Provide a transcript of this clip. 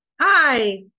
Hi